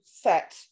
set